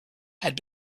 had